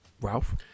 ralph